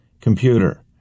computer